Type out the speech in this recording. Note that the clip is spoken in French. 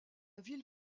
ville